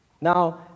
Now